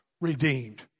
redeemed